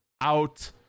out